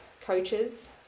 coaches